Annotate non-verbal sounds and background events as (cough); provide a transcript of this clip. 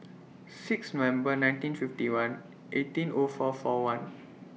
six November nineteen fifty one eighteen O four four one (noise)